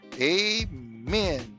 Amen